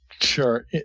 Sure